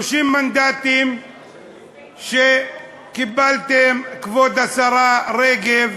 30 מנדטים שקיבלתם, כבוד השרה רגב,